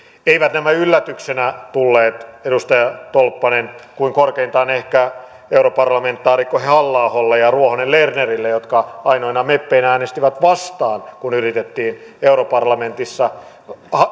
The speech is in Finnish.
eivät nämä yllätyksenä tulleet edustaja tolppanen kuin korkeintaan ehkä europarlamentaarikko halla aholle ja ruohonen lernerille jotka ainoina meppeinä äänestivät vastaan kun yritettiin europarlamentissa